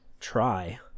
try